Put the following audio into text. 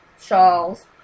shawls